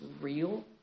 real